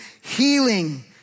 Healing